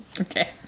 Okay